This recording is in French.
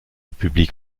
public